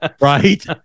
Right